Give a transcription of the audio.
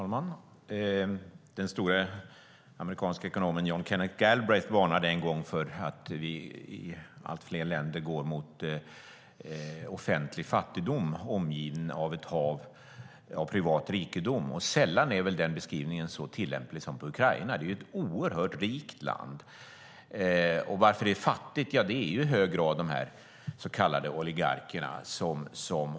Fru talman! Den store amerikanske ekonomen John Kenneth Galbraith varnade en gång för att allt fler länder går mot offentlig fattigdom omgiven av ett hav av privat rikedom. Sällan är väl den beskrivningen så tillämplig som på Ukraina. Det är ett oerhört rikt land. Det är i hög grad på grund av de så kallade oligarkerna som landet är fattigt.